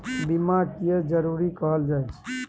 बीमा किये जरूरी कहल जाय छै?